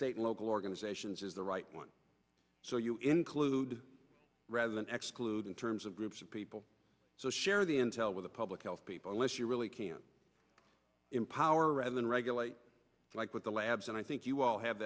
state local organizations is the right one so you include rather than x clued in terms of groups of people so share the intel with the public health people unless you really can empower rather than regulate like with the labs and i think you all have